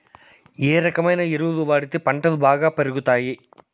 ఏ రకమైన ఎరువులు వాడితే పంటలు బాగా పెరుగుతాయి?